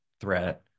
threat